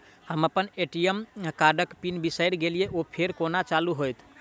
हम अप्पन ए.टी.एम कार्डक पिन बिसैर गेलियै ओ फेर कोना चालु होइत?